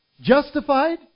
Justified